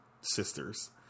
sisters